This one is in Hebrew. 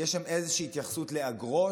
יש שם איזושהי התייחסות לאגרות